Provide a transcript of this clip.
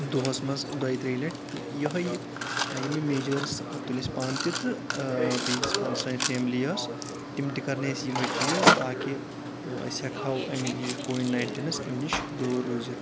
دۄہس منٛز دۄیہِ ترٛیٚیہِ لٹہِ تہٕ یِہوے یِمے میجٲرٕس تُلۍ اَسہِ پانہٕ تہِ تہٕ بیٚیہِ یُس پَنُن سٲنۍ فیملی ٲس تِم تہِ کَرنٕے أسۍ یِمے چیٖز تاکہِ أسۍ ہؠکہٕ ہاو اَمہِ یُس کووِڈ ناینٹیٖنَس امہِ نِش دوٗر روٗزِتھ